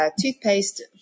toothpaste